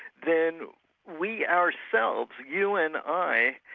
then we ourselves, you and i,